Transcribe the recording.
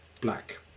black